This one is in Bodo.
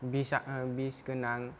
बिस गोनां